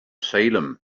salem